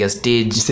stage